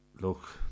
look